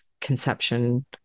conception